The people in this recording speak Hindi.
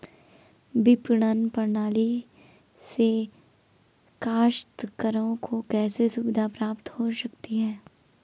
विपणन प्रणाली से काश्तकारों को कैसे सुविधा प्राप्त हो सकती है?